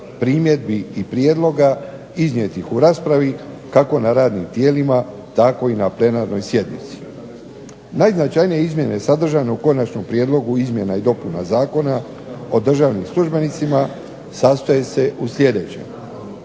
primjedbi i prijedloga iznijetih na raspravi kako na radnim tijelima tako i na plenarnoj sjednici. Najznačajnije izmjene sadržane u konačnom prijedlogu izmjena i dopuna Zakona o državnim službenicima sastoji se u sljedećem.